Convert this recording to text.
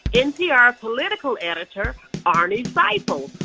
npr political editor arnie seipel.